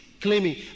claiming